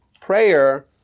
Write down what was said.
prayer